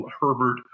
Herbert